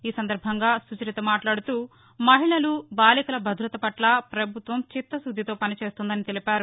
ఈ సందర్భంగా సుచరిత మాట్లాడుతూ మహిళలు బాలికల భద్రత పట్ల ప్రభుత్వం చిత్తశుద్దితో ఉందని చెప్పారు